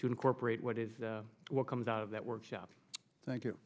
incorporate what is what comes out of that workshop thank you